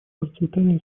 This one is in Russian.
процветание